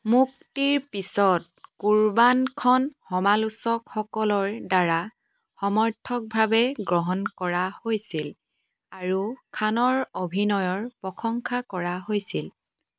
মুক্তিৰ পিছত কুৰবানখন সমালোচকসকলৰ দ্বাৰা সমৰ্থকভাৱে গ্ৰহণ কৰা হৈছিল আৰু খানৰ অভিনয়ৰ প্ৰশংসা কৰা হৈছিল